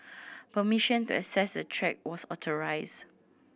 permission to access the track was authorised